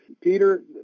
Peter